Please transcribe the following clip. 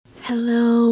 hello